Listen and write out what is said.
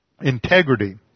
integrity